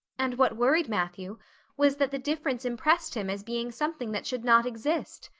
and what worried matthew was that the difference impressed him as being something that should not exist.